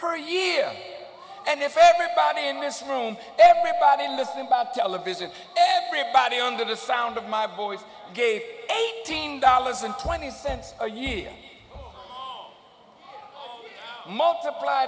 per year and if everybody in this room everybody listen by the television everybody under the sound of my voice gave eighteen dollars and twenty cents a year multiply